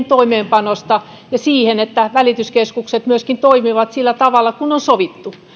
toimeenpanosta ja siitä että välityskeskukset myöskin toimivat sillä tavalla kuin on sovittu